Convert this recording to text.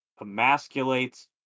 emasculates